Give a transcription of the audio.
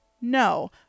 No